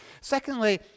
Secondly